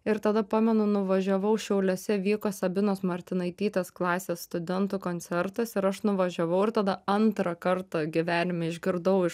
ir tada pamenu nuvažiavau šiauliuose vyko sabinos martinaitytės klasės studentų koncertas ir aš nuvažiavau ir tada antrą kartą gyvenime išgirdau iš